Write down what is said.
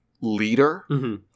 leader